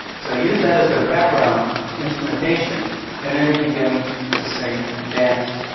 so they use that as their background instrumentation and then they begin to sing and dance,